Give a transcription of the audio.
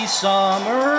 summer